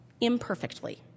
imperfectly